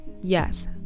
yes